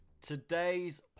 today's